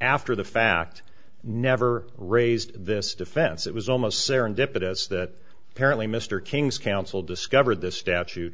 after the fact never raised this defense it was almost serendipitous that apparently mr king's counsel discovered this statute